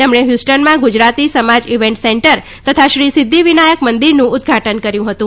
તેમણે હ્યુસ્ટનમાં Gujarati Samaj event centre તથા શ્રી સિદ્ધિ વિનાયક મંદિરનું ઉદ્ઘાટન કર્યું હતું